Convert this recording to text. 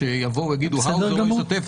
שיבוא ויגידו: האוזר לא השתתף,